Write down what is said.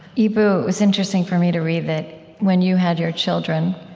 eboo, it was interesting for me to read that, when you had your children,